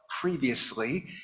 previously